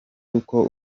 uko